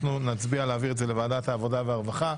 אנחנו נצביע על העברת הנושא לוועדת העבודה והרווחה.